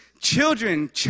children